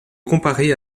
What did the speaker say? comparée